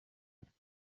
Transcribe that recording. urupfu